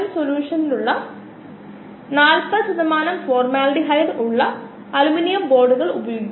μmSKSS കോശങ്ങളുടെ വളർച്ചാ നിരക്കിനെ സബ്സ്ട്രേറ്റ്ന്റെ സാന്ദ്രതയുടെ പ്രഭാവം നൽകുന്ന അറിയപ്പെടുന്ന മോണോഡ് മോഡലാണിത്